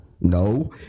no